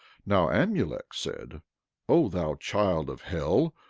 now amulek said o thou child of hell,